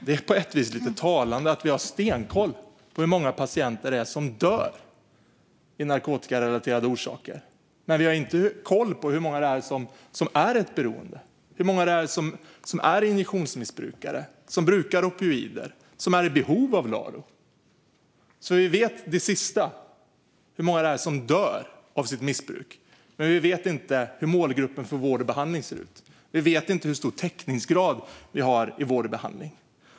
Det är på sätt och vis talande att vi har stenkoll på hur många patienter som dör av narkotikarelaterade orsaker, men vi vet inte hur många som befinner sig i ett beroende och hur många som är injektionsmissbrukare eller brukar opioider och är i behov av LARO. Vi vet det sista, det vill säga hur många som dör av sitt missbruk, men vi vet inte hur målgruppen för vård och behandling ser ut. Vi vet inte hur stor täckningsgrad vi har inom vård och behandling.